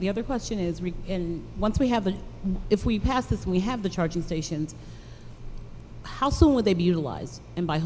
the other question is really and once we have that if we passed as we have the charging stations how soon would they be utilized and by